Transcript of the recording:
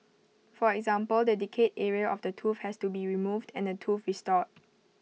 for example the decayed area of the tooth has to be removed and the tooth restored